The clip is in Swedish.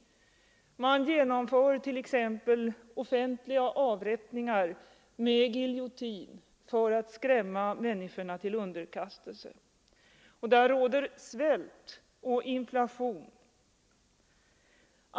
Man genomför t.ex. offentliga avrättningar med giljotin för att skrämma människorna till underkastelse. Där råder svält och inflation.